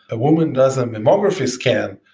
a woman does a mammography scan,